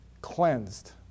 cleansed